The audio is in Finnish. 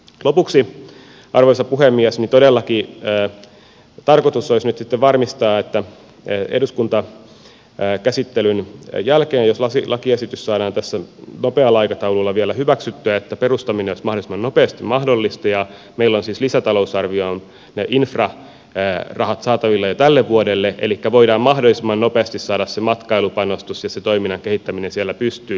lopuksi arvoisa puhemies todellakin tarkoitus olisi nyt sitten varmistaa että eduskuntakäsittelyn jälkeen jos lakiesitys saadaan tässä nopealla aikataululla vielä hyväksyttyä perustaminen olisi mahdollisimman nopeasti mahdollista ja meillä on siis lisätalousarvioon ne infrarahat saatavilla jo tälle vuodelle elikkä voidaan mahdollisimman nopeasti saada se matkailupanostus ja se toiminnan kehittäminen siellä pystyyn